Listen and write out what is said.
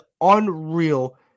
unreal